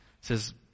says